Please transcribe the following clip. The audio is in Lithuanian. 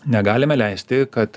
negalime leisti kad